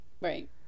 Right